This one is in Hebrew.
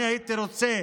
אני הייתי רוצה